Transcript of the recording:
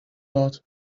not